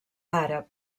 àrab